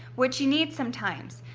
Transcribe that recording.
which you need sometimes.